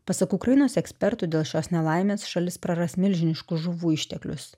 pasak ukrainos ekspertų dėl šios nelaimės šalis praras milžiniškus žuvų išteklius